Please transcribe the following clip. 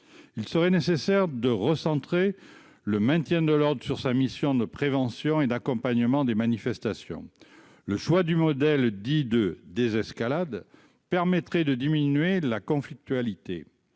il serait nécessaire de recentrer le maintien de l'ordre sur sa mission de prévention et d'accompagnement des manifestations, le choix du modèle dit de désescalade permettrait de diminuer la conflictualité,